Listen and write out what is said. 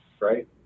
right